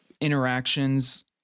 interactions